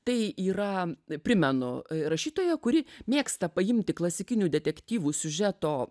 tai yra primenu rašytoja kuri mėgsta paimti klasikinių detektyvų siužeto